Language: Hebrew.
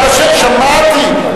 שמעתי.